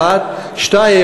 שתיים,